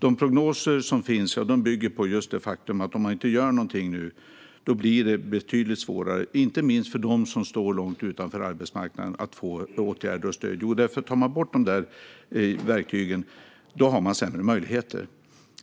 De prognoser som finns bygger på just det faktum att om man inte gör någonting nu blir det betydligt svårare, inte minst för dem som står långt utanför arbetsmarknaden, att få åtgärder och stöd. Tar man bort dessa verktyg har man sämre möjligheter.